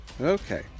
Okay